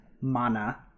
Mana